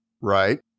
Right